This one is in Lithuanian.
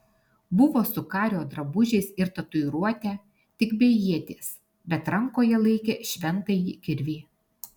buvo su kario drabužiais ir tatuiruote tik be ieties bet rankoje laikė šventąjį kirvį